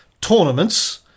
tournaments